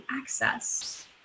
access